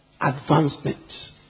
advancement